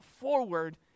forward